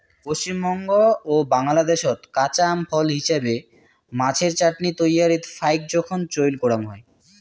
পশ্চিমবঙ্গ ও বাংলাদ্যাশত কাঁচা আম ফল হিছাবে, মাছের চাটনি তৈয়ারীত ফাইক জোখন চইল করাং হই